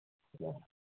ꯑꯣ